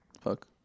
Fuck